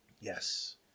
Yes